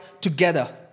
together